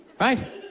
right